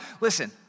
listen